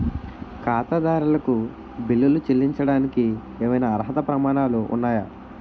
ఖాతాదారులకు బిల్లులు చెల్లించడానికి ఏవైనా అర్హత ప్రమాణాలు ఉన్నాయా?